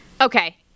Okay